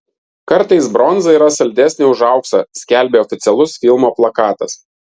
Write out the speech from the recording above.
kartais bronza yra saldesnė už auksą skelbė oficialus filmo plakatas